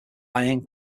iron